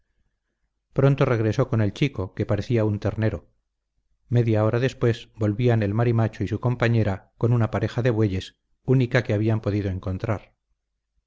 pronto regresó con el chico que parecía un ternero media hora después volvían el marimacho y su compañera con una pareja de bueyes única que habían podido encontrar